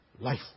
life